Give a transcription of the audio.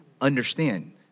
Understand